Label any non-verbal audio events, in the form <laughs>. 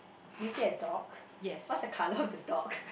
do you see a dog what's the colour of the dog <laughs>